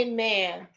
Amen